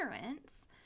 parents